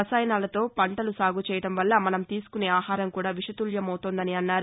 రసాయనాలతో పంటలు సాగు చేయడం వల్ల మనం తీసుకునే ఆహారం కూడా విషతుల్యమవుతోందని అన్నారు